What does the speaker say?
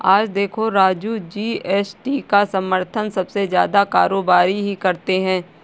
आज देखो राजू जी.एस.टी का समर्थन सबसे ज्यादा कारोबारी ही करते हैं